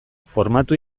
formatu